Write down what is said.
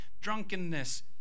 drunkenness